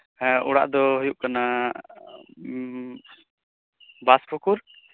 ᱦᱮᱸ ᱚᱲᱟᱜ ᱫᱚ ᱦᱩᱭᱩᱜ ᱠᱟᱱᱟ ᱵᱟᱸᱫᱷᱯᱩᱠᱩᱨ